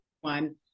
one